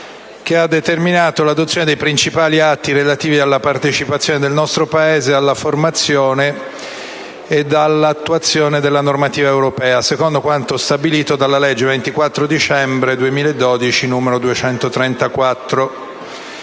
che ha determinato l'adozione dei principali atti relativi alla partecipazione del nostro Paese alla formazione e all'attuazione della normativa europea, secondo quanto stabilito dalla legge 24 dicembre 2012, n. 234.